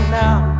now